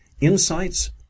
insights